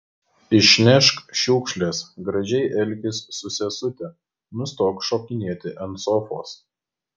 išnešk šiukšles gražiai elkis su sesute nustok šokinėti ant sofos